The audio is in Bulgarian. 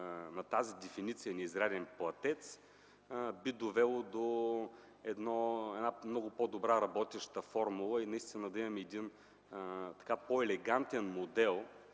на дефиницията „неизряден платец” би довело до една много по-добра работеща формула и наистина да имаме един по-елегантен модел,